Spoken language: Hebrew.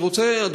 אני רוצה,